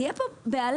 יהיה פה בהלה.